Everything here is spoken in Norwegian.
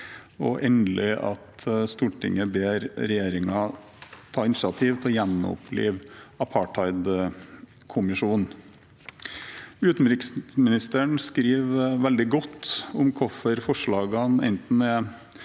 endelig at Stortinget ber regjeringen ta initiativ til å gjenopplive apartheidkomiteen i FN. Utenriksministeren skriver veldig godt om hvorfor forslagene enten er